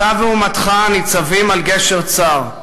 אתה ואומתך ניצבים על גשר צר,